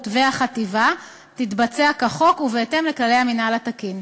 והחטיבה תתבצע כחוק ובהתאם לכללי המינהל התקין.